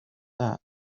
that